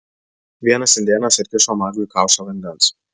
vienas indėnas atkišo magui kaušą vandens